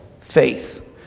Faith